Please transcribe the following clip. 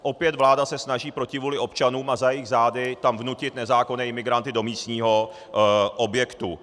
Opět vláda se snaží proti vůli občanů a za jejich zády tam vnutit nezákonné imigranty do místního objektu.